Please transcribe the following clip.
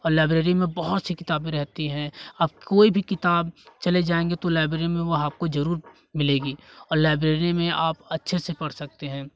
और लाइब्रेरी में बहुत सी किताबें रहती हैं आप कोई भी किताब चले जाएँगे तो लाइब्रेरी में वह आपको ज़रूर मिलेगी और लाइब्रेरी में आप अच्छे से पढ़ सकते हैं